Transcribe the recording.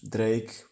Drake